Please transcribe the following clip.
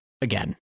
again